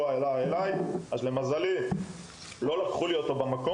הוא לא היה עליי באותו אירוע ולכן לא לקחו לי אותו במקום.